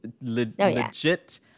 legit